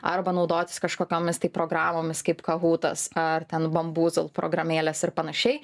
arba naudotis kažkokiomis programomis kaip kahutas ar ten mambuzl programėlės ir panašiai